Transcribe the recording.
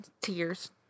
Tears